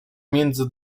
między